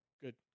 good